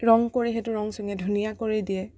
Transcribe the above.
ৰং কৰি সেইটো ৰংচঙীয়া ধুনীয়া কৰি দিয়ে